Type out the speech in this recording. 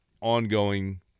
ongoing